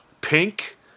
Pink